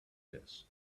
this